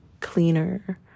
cleaner